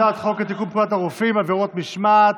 הצעת חוק לתיקון פקודת הרופאים (עבירות משמעת),